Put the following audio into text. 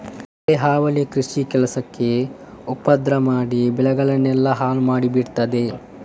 ನೆರೆ ಹಾವಳಿ ಕೃಷಿ ಕೆಲಸಕ್ಕೆ ಉಪದ್ರ ಮಾಡಿ ಬೆಳೆಗಳನ್ನೆಲ್ಲ ಹಾಳು ಮಾಡಿ ಬಿಡ್ತದೆ